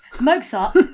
Mozart